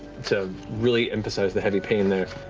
to really emphasize the heavy pain there.